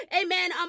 amen